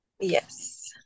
Yes